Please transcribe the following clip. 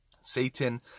Satan